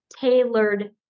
tailored